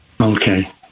Okay